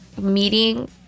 meeting